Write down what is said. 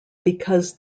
because